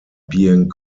being